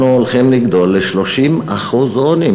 אנחנו הולכים לגדול ל-30% עוני,